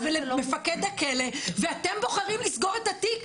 ולמפקד הכלא ואתם בוחרים לסגור את התיק,